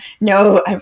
No